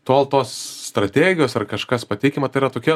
tol tos strategijos ar kažkas pateikima tai yra tokia